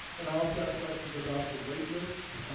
and i also have questions about the waitlist,